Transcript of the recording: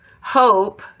hope